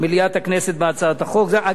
זאת הצעת חוק לא רק שלי,